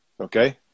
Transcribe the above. okay